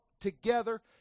together